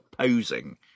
posing